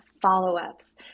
follow-ups